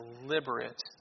deliberate